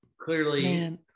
clearly –